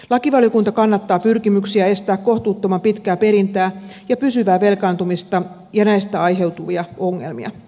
lakivaliokunta kannattaa pyrkimyksiä estää kohtuuttoman pitkää perintää ja pysyvää velkaantumista ja näistä aiheutuvia ongelmia